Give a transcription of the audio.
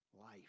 life